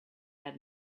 had